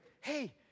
hey